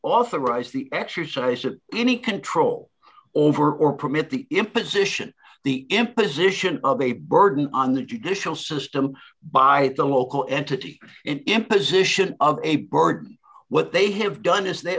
authorize the exercise of any control over or permit the imposition the imposition of a burden on the judicial system by the local entity imposition of what they have done is they